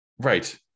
Right